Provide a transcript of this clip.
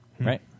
Right